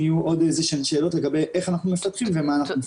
יהיו עוד איזה שהן שאלות לגבי איך אנחנו מפתחים ומה אנחנו מפתחים.